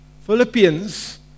Philippians